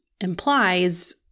implies